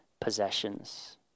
possessions